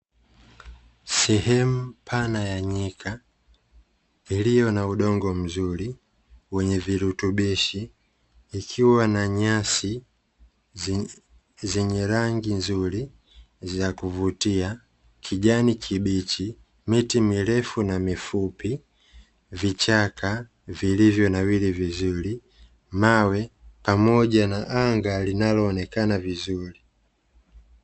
Sehemu pana ya nyika iliyo na udogo mzuri wenye virutubishi, ikiwa na nyasi zenye rangi nzuri za kuvutia kijani kibichi ,miti mirefu na mifupi vichaka vilivyonawili vizuri, mawe pamoja na anga linalo onekana vizuli.